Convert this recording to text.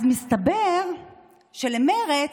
אז מסתבר שלמרצ